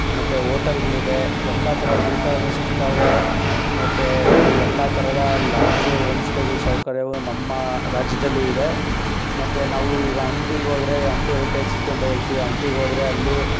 ಮತ್ತು ಓಟೆಲ್ಗಳಿದೆ ಎಲ್ಲ ಥರ ಊಟವೂ ಸಿಗ್ತವೆ ಮತ್ತು ಎಲ್ಲಾ ಥರದ ಲಾಡ್ಜು ಓಮ್ ಸ್ಟೇಗಳ ಸೌಕರ್ಯವು ನಮ್ಮ ರಾಜ್ಯದಲ್ಲೂ ಇದೆ ಮತ್ತು ನಾವು ಈಗ ಹಂಪಿಗ್ ಹೋದ್ರೆ ಹಂಪಿ ಎರಿಟೇಜ್ ಸಿಟಿ ಅಂತ ಹೇಳ್ತಿವಿ ಹಂಪಿಗ್ ಹೋದ್ರೆ ಅಲ್ಲಿ